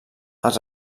els